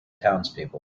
townspeople